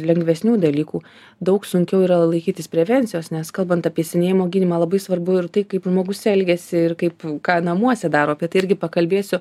lengvesnių dalykų daug sunkiau yra laikytis prevencijos nes kalbant apie senėjimo gydymą labai svarbu ir tai kaip žmogus elgiasi ir kaip ką namuose daro apie tai irgi pakalbėsiu